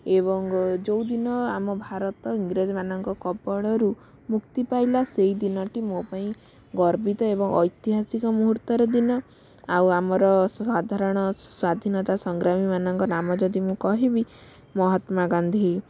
ଏବଂ ଯେଉଁଦିନ ଆମ ଭାରତ ଇଂରେଜମାନଙ୍କ କବଳରୁ ମୁକ୍ତି ପାଇଲା ସେଇ ଦିନଟି ମୋ ପାଇଁ ଗର୍ବିତ ଏବଂ ଐତିହାସିକ ମୁହୂର୍ତ୍ତର ଦିନ ଆଉ ଆମର ସାଧାରଣ ସ୍ୱାଧୀନତା ସଂଗ୍ରାମୀମାନଙ୍କ ନାମ ଯଦି ମୁଁ କହିବି ମହାତ୍ମା ଗାନ୍ଧି